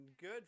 Good